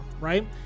right